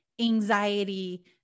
anxiety